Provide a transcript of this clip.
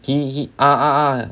he he he ah ah ah